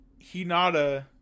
Hinata